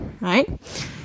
right